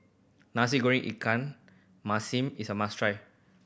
Nasi Goreng ikan masin is a must try